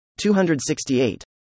268